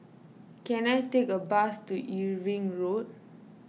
can I take a bus to Irving Road